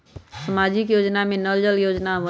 सामाजिक योजना में नल जल योजना आवहई?